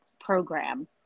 program